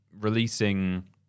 releasing